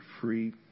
free